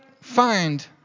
find